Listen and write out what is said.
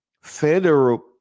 federal